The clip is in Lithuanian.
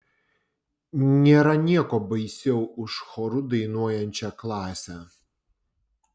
nėra nieko baisiau už choru dainuojančią klasę